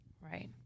Right